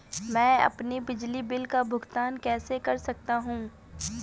मैं अपने बिजली बिल का भुगतान कैसे कर सकता हूँ?